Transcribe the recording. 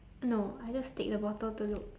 no I just take the bottle to look